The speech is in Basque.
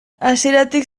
hasieratik